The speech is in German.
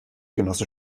genosse